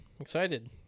Excited